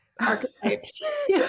archetypes